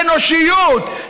של אנושיות,